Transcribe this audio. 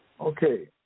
Okay